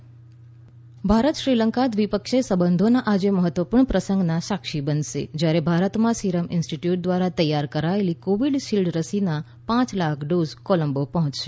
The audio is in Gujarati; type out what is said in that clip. ભારત શ્રીલંકા રસીકરણ ભારત શ્રીલંકા દ્વિપક્ષીય સંબંધોના આજે મહત્વપૂર્ણ પ્રસંગના સાક્ષી બનશે જ્યારે ભારતમાં સીરમ ઈન્સ્ટીટ્યુટ દ્વારા તૈયાર કરાયેલ કોવિડશીલ્ડ રસીના પાંચ લાખ ડોઝ કોલંબો પહોંચશે